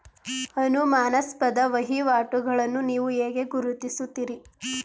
ಅನುಮಾನಾಸ್ಪದ ವಹಿವಾಟುಗಳನ್ನು ನೀವು ಹೇಗೆ ಗುರುತಿಸುತ್ತೀರಿ?